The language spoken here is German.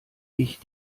ich